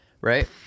Right